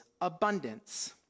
abundance